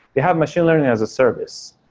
we have machine learning as a service,